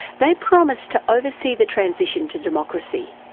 they promised to oversee the transition to democracy.